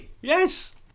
yes